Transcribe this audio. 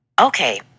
Okay